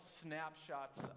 snapshots